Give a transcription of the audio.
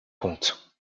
comptes